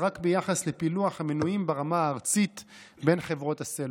רק ביחס לפילוח המנויים ברמה הארצית בין חברות הסלולר.